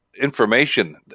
information